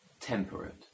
temperate